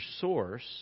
source